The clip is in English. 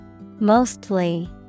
Mostly